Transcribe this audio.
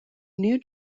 new